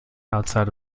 outside